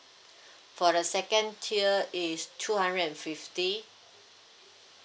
for the second tier is two hundred and fifty